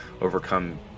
overcome